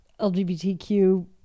LGBTQ